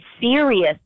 serious